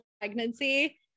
pregnancy